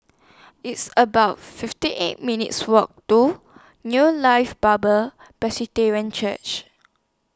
It's about fifty eight minutes' Walk to New Life Bible Church